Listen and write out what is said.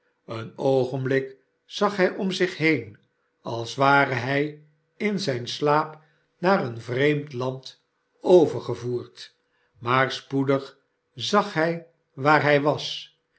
maar spoedig zag hij waar hij was